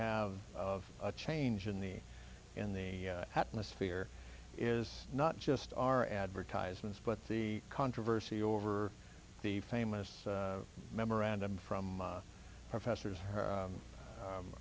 have of a change in the in the atmosphere is not just our advertisements but the controversy over the famous memorandum from professors her